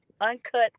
Uncut